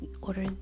order